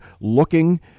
looking